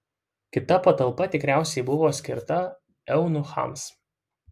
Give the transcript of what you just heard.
kita patalpa tikriausiai buvo skirta eunuchams